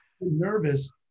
nervous